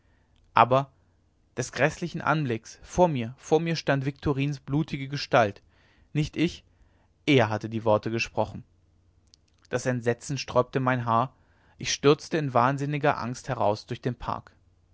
aber des gräßlichen anblicks vor mir vor mir stand viktorins blutige gestalt nicht ich er hatte die worte gesprochen das entsetzen sträubte mein haar ich stürzte in wahnsinniger angst heraus durch den park